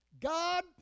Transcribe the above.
God